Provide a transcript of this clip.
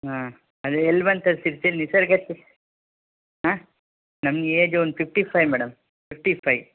ಹಾಂ ಅದು ಎಲ್ಲಿ ಬಂತು ಅದು ಶಿರ್ಸಿಲ್ ನಿಸರ್ಗ ಚಿಕ್ ಹಾಂ ನಮ್ಮ ಏಜ್ ಒಂದು fifty five madam fifty five